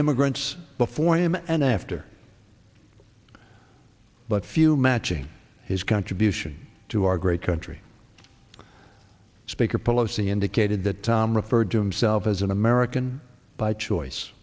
immigrants before him and after but few matching his contribution to our great country speaker pelosi indicated that tom referred to himself as an american by choice